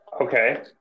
Okay